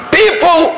people